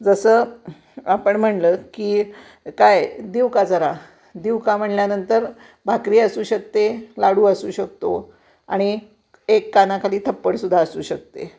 जसं आपण म्हटलं की काय देऊ का जरा देऊ का म्हटल्यानंतर भाकरी असू शकते लाडू असू शकतो आणि एक कानाखाली थप्पडसुद्धा असू शकते